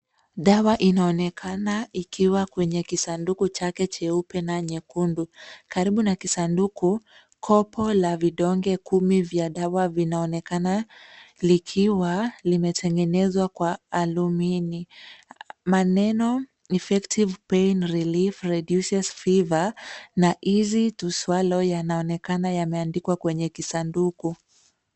Dawa inaonekana ikiwa kwenye kisanduku chake cheupe na nyekundu. Karibu na kisanduku, kopo la vidonge kumi vya dawa vinaonekana likiwa limetengenezwa kwa alumini. Maneno Effective Pain Relief reduces fever na easy to swallow , yanaonekana yameandikwa kwenye kisanduku.